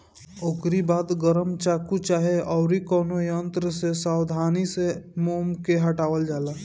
ओकरी बाद गरम चाकू चाहे अउरी कवनो यंत्र से सावधानी से मोम के हटावल जाला